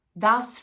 Thus